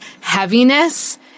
heaviness